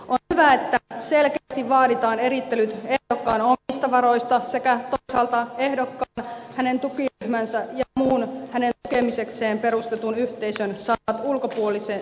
on hyvä että selkeästi vaaditaan erittelyt ehdokkaan omista varoista sekä toisaalta ehdokkaan hänen tukiryhmänsä ja muun hänen tukemisekseen perustetun yhteisön saamat ulkopuoliset tukisummat